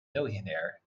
millionaire